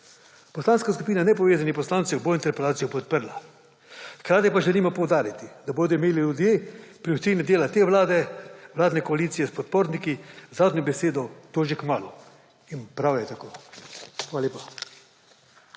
Poslanska skupina nepovezanih poslancev bo interpelacijo podprla. Hkrati pa želimo poudariti, da bodo imeli ljudje pri oceni dela te vlade, vladne koalicije s podporniki zadnjo besedo, in to že kmalu. In prav je tako. Hvala lepa.